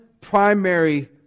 primary